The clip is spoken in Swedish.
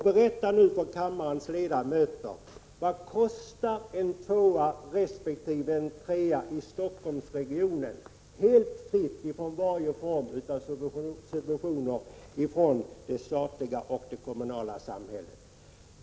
Berätta nu för kammarens ledamöter vad en tvåa resp. trea kostar i Stockholmsregionen helt fritt från varje form av subventioner från stat eller kommun!